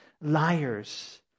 liars